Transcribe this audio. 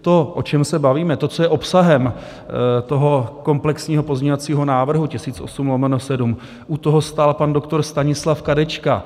To, o čem se bavíme, to, co je obsahem toho komplexního pozměňovacího návrhu 1008/7, u toho stál pan doktor Stanislav Kadečka.